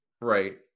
Right